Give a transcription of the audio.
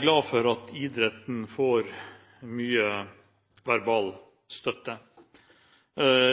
glad for at idretten får mye verbal støtte –